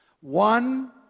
one